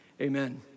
amen